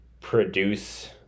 produce